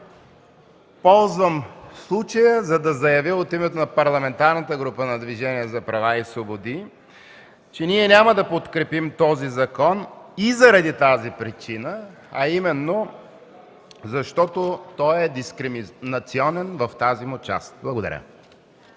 Ползвам случая, за да заявя от името на Парламентарната група на Движението за права и свободи, че ние няма да подкрепим закона и заради тази причина, а именно, защото той е дискриминационен в тази му част. Благодаря.